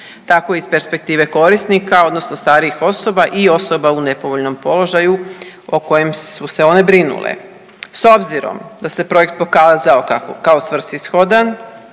tako iz perspektive korisnika odnosno starijih osoba i u osoba u nepovoljnom položaju o kojem su se one brinule. S obzirom da se projekt pokazao kao svrsishodan